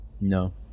No